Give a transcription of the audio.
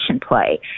play